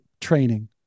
training